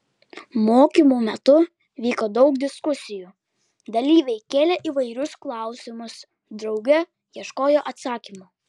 mokymų metu vyko daug diskusijų dalyviai kėlė įvairius klausimus drauge ieškojo atsakymų